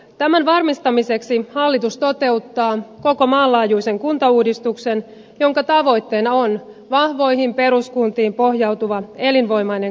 tämän varmistamiseksi hallitus toteuttaa koko maan laajuisen kuntauudistuksen jonka tavoitteena on vahvoihin peruskuntiin pohjautuva elinvoimainen kuntarakenne